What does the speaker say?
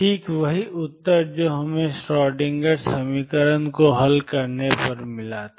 ठीक वही उत्तर जो हमें श्रोडिंगर समीकरण को हल करने पर मिला था